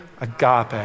Agape